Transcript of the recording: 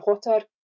hotter